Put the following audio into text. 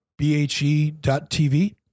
bhe.tv